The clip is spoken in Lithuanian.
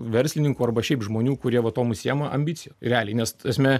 verslininkų arba šiaip žmonių kurie va tuom užsiima ambicija realiai nes ta prasme